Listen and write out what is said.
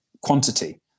quantity